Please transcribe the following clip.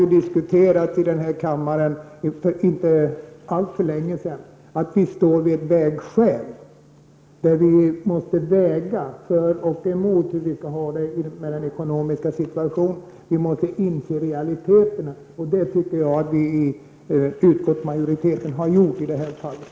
Vi diskuterade här i kammaren för inte allt för länge sedan att vi står vid ett vägskäl, där vi måste väga för och emot hur vi skall ha det i den här rådande ekonomiska situationen. Vi måste inse realiteterna, och det tycker jag att utskottsmajoriteten har gjort i det här fallet.